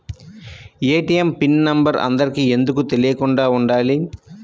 ATM pin number అందరికి ఎందుకు తెలియకుండా ఉండాలి?